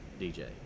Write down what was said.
DJ